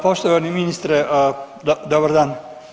Poštovani ministre dobar dan.